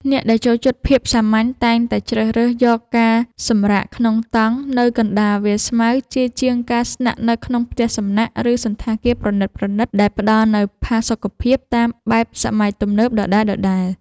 អ្នកដែលចូលចិត្តភាពសាមញ្ញតែងតែជ្រើសរើសយកការសម្រាកក្នុងតង់នៅកណ្ដាលវាលស្មៅជាជាងការស្នាក់នៅក្នុងផ្ទះសំណាក់ ឬ សណ្ឋាគារប្រណីតៗដែលផ្តល់នូវផាសុកភាពតាមបែបសម័យទំនើបដដែលៗ។